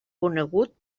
conegut